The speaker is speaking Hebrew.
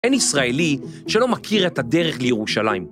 ‫אין ישראלי שלא מכיר את הדרך לירושלים.